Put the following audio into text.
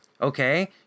okay